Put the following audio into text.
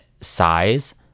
size